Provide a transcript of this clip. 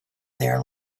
there